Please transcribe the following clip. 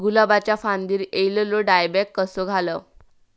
गुलाबाच्या फांदिर एलेलो डायबॅक कसो घालवं?